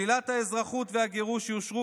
שלילת האזרחות והגירוש יאושרו,